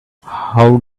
how